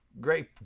Great